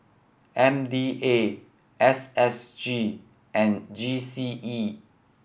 M D A S S G and G C E